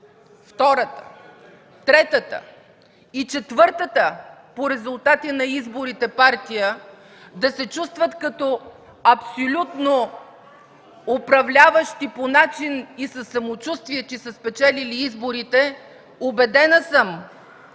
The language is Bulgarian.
втората, третата и четвъртата по резултати на изборите партия да се чувстват като абсолютно управляващи по начин и със самочувствие, че са спечелили изборите. Убедена съм,